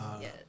yes